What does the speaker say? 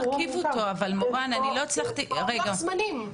יש לוח זמנים.